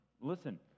Listen